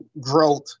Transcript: growth